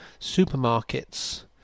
supermarkets